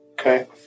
Okay